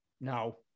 No